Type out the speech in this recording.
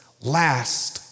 last